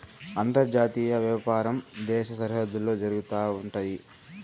అంతర్జాతీయ వ్యాపారం దేశ సరిహద్దుల్లో జరుగుతా ఉంటయి